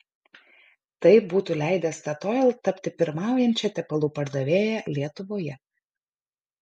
tai būtų leidę statoil tapti pirmaujančia tepalų pardavėja lietuvoje